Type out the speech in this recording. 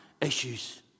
issues